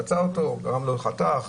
גרם לו לחתך.